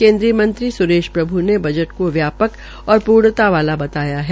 केन्द्रीय मंत्री स्रेश प्रभ् ने बजट को व्यापक और पूर्णता वाला बताया है